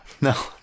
no